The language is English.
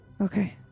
Okay